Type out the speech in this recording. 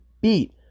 beat